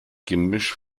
gemisch